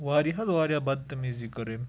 واریاہ حظ واریاہ بَدتمیٖزی کٔر أمۍ